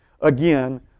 again